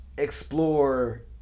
Explore